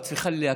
את צריכה להקריא.